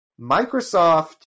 Microsoft